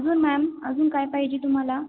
अजून मॅम अजून काय पाहिजे तुम्हाला